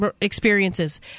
experiences